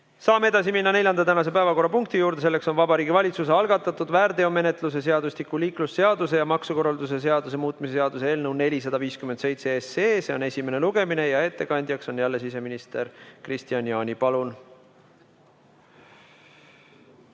Saame minna tänase neljanda päevakorrapunkti juurde. Selleks on Vabariigi Valitsuse algatatud väärteomenetluse seadustiku, liiklusseaduse ja maksukorralduse seaduse muutmise seaduse eelnõu 457 esimene lugemine. Ettekandjaks on jälle siseminister Kristian Jaani. Palun!